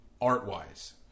art-wise